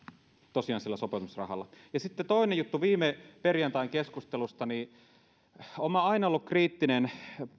tosiaan sillä sopeutumisrahalla sitten toinen juttu viime perjantain keskustelusta olen minä aina ollut kriittinen